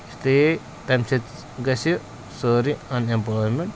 اِسلیے تَمہِ سۭتۍ گژھِ سٲرٕے اَن اٮ۪مپٕلایمٮ۪نٛٹ